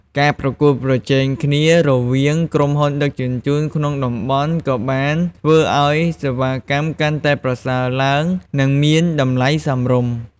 ការប្រកួតប្រជែងគ្នារវាងក្រុមហ៊ុនដឹកជញ្ជូនក្នុងតំបន់ក៏បានធ្វើឱ្យសេវាកម្មកាន់តែប្រសើរឡើងនិងមានតម្លៃសមរម្យ។